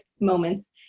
moments